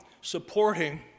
supporting